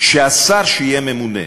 שהשר שיהיה ממונה,